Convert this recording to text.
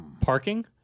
Parking